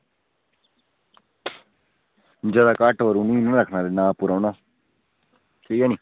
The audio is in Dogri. जादै घाट्टै उप्पर उ'नेंगी निं रक्खना ना आपूं रौह्ना ठीक ऐ नी